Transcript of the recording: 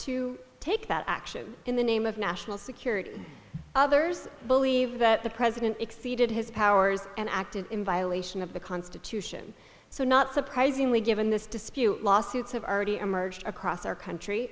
to take that action in the name of national security others believe that the president exceeded his powers and acted in violation of the constitution so not surprisingly given this dispute lawsuits have already emerged across our country